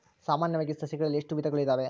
ಸಾಮಾನ್ಯವಾಗಿ ಸಸಿಗಳಲ್ಲಿ ಎಷ್ಟು ವಿಧಗಳು ಇದಾವೆ?